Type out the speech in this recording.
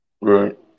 right